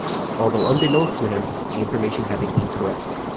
although unbeknownst to him, the information had been incorrect.